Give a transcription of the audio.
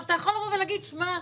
אתה יכול לבוא ולהגיד: תשמע,